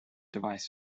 device